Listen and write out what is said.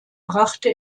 brachte